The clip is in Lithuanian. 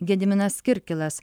gediminas kirkilas